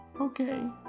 Okay